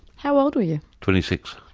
how old were you? twenty six.